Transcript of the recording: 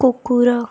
କୁକୁର